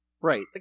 Right